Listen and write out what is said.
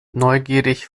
neugierig